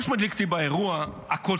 מה שמדליק אותי באירוע הכולל,